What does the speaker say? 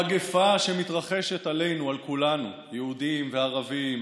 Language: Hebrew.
המגפה שמתרחשת עלינו, על כולנו, יהודים וערבים,